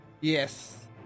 Yes